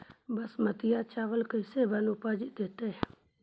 बासमती चावल कैसे मन उपज देतै?